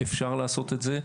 להירתם למשימה הזאת.